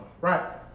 right